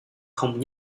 không